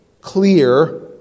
clear